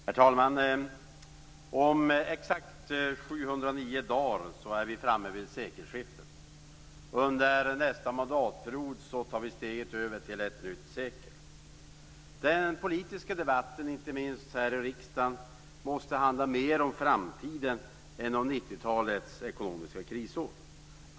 Herr talman! Om exakt 709 dagar är vi framme vid sekelskiftet. Under nästa mandatperiod tar vi steget över till ett nytt sekel. Den politiska debatten inte minst här i riksdagen måste handla mer om framtiden än om 1990-talets ekonomiska krisår.